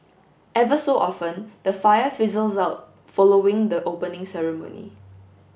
ever so often the fire fizzles out following the opening ceremony